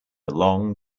long